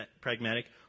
pragmatic